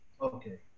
okay